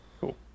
Cool